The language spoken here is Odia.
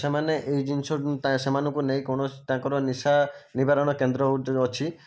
ସେମାନେ ଏଇ ଜିନିଷ ସେମାନଙ୍କୁ ନେଇ କୌଣସି ତାଙ୍କର ନିଶା ନିବାରଣ କେନ୍ଦ୍ର ଅଛି